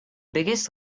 biggest